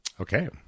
Okay